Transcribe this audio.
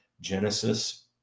Genesis